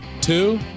two